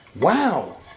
Wow